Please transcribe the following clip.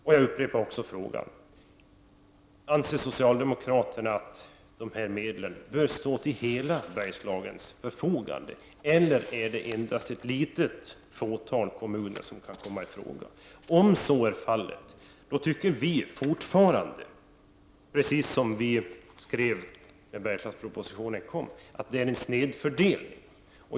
Låt mig vidare upprepa frågan: Anser socialdemokraterna att dessa medel bör stå till hela Bergslagens förfogande, eller är det endast ett litet fåtal kommuner som kan komma i fråga? Om så är fallet tycker vi fortfarande, precis som vi skrev då Bergslagspropositionen framlades, att detta är snedfördelning.